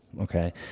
Okay